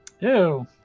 Ew